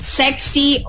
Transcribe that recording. sexy